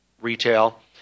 retail